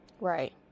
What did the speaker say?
right